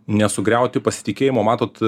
nesugriauti pasitikėjimo matot